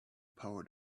power